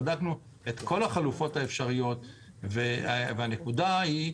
בדקנו את כל החלופות האפשריות, והנקודה היא,